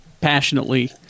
passionately